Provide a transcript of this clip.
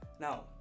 Now